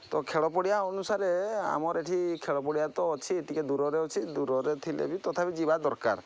ତ ଖେଳପଡ଼ିଆ ଅନୁସାରେ ଆମର ଏଠି ଖେଳପଡ଼ିଆ ତ ଅଛି ଟିକିଏ ଦୂରରେ ଅଛି ଦୂରରେ ଥିଲେ ବି ତଥାପି ଯିବା ଦରକାର